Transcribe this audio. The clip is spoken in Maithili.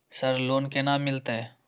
सर लोन केना मिलते?